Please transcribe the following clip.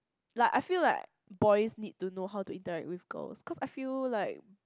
like I feel like boys need to know how to interact with girls cause I feel like